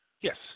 Yes